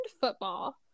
football